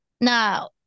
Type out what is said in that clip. Now